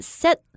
set